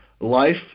life